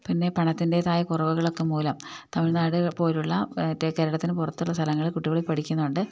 പിന്നെ പണത്തിൻ്റേതായ കുറവുകളൊക്കെ മൂലം തമിഴ്നാട് പോലെയുള്ള മറ്റേ കേരളത്തിന് പുറത്തുള്ള സ്ഥലങ്ങളിൽ കുട്ടികള് പോയി പഠിക്കുന്നുണ്ട്